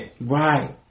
Right